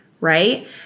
right